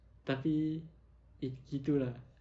tapi it~ gitu lah